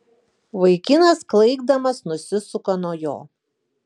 vaikinas klaikdamas nusisuka nuo jo